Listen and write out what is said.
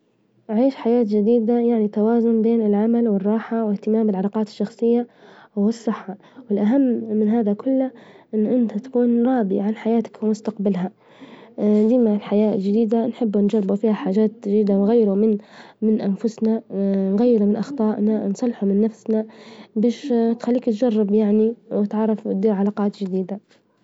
عيش حياة جيدة يعني توازن بين العمل والراحة واهتمام العلاقات الشخصية والصحة والأهم من هذا كله إنه إنت تكون راظي عن حياتك ومستقبلها، لما الحياة جديدة نحبوا نجربوا فيها حاجات جديدة، نغيروا من- من أنفسنا، نغيروا من أخطائنا، انصلحوا من أنفسنا بش تخليك تجرب يعني، وتعرف علاقات جيدة.